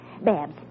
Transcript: Babs